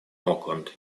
auckland